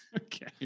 Okay